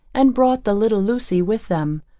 and brought the little lucy with them.